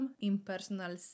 impersonal